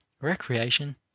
Recreation